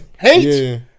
hate